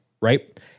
right